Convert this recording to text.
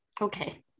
Okay